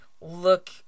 look